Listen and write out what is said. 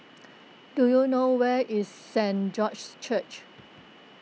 do you know where is Saint George's Church